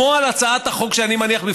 כמו על הצעת החוק שאני מניח בפניכם,